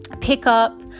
pickup